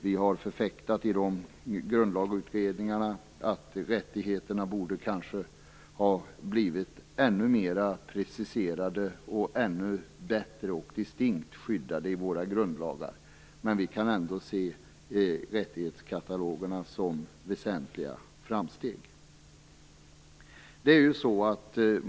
Vänsterpartiet har i grundlagsutredningarna förfäktat att rättigheterna kanske borde ha blivit ännu mer preciserade och ännu bättre och distinkt skyddade i våra grundlagar. Men vi kan ändå se rättighetskatalogerna som väsentliga framsteg.